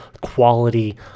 quality